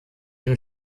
dem